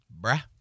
bruh